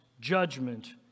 judgment